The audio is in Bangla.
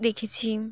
দেখেছি